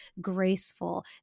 graceful